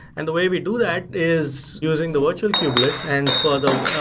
and the way we do that is using the virtual kubelet and further,